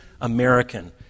American